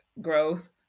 growth